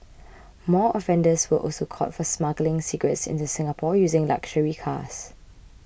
more offenders were also caught for smuggling cigarettes into Singapore using luxury cars